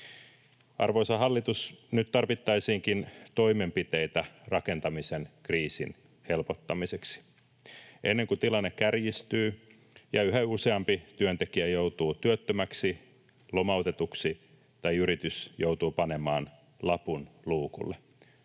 Arvoisa hallitus, nyt tarvittaisiinkin toimenpiteitä rakentamisen kriisin helpottamiseksi ennen kuin tilanne kärjistyy ja yhä useampi työntekijä joutuu työttömäksi, lomautetuksi tai yritys joutuu panemaan lapun luukulle.